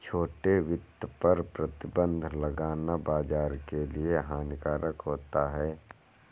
छोटे वित्त पर प्रतिबन्ध लगाना बाज़ार के लिए हानिकारक होता है